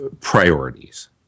priorities